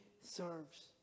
serves